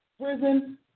prison